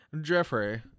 Jeffrey